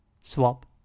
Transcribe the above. Swap